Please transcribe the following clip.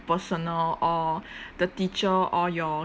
personal or the teacher or your